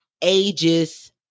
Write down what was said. ages